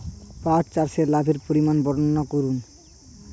পাঠ চাষের লাভের পরিমান বর্ননা করুন?